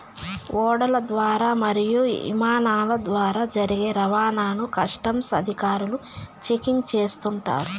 ఓడల ద్వారా మరియు ఇమానాల ద్వారా జరిగే రవాణాను కస్టమ్స్ అధికారులు చెకింగ్ చేస్తుంటారు